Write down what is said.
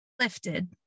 lifted